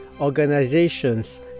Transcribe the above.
organizations